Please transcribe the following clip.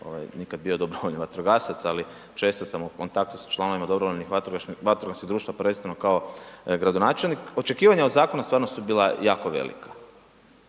nikad bio dobrovoljni vatrogasac, ali često sam u kontaktu s članovima dobrovoljnih vatrogasnih društava prvenstveno kao gradonačelnik. Očekivanja od zakona stvarno su bila jako velika.